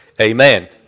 Amen